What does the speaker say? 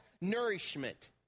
nourishment